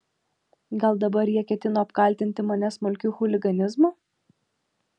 gal dabar jie ketino apkaltinti mane smulkiu chuliganizmu